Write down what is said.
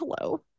hello